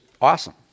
awesome